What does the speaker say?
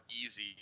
easy